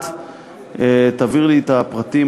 תעביר לי את הפרטים.